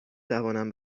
توانم